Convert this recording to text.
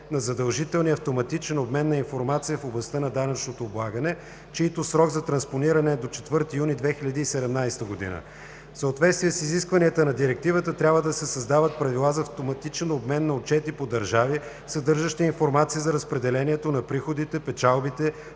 на задължителния автоматичен обмен на информация в областта на данъчното облагане, чийто срок за транспониране е до 4 юни 2017 г. В съответствие с изискванията на директивата трябва да се създават правила за автоматичен обмен на отчети по държави, съдържащи информация за разпределението на приходите, печалбите,